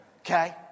Okay